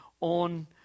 on